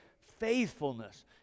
faithfulness